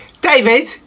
David